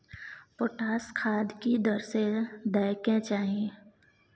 Potash खाद की दर से दै के चाही?